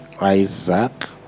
Isaac